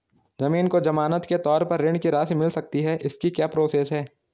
ज़मीन को ज़मानत के तौर पर ऋण की राशि मिल सकती है इसकी क्या प्रोसेस है?